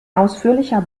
ausführlicher